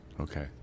Okay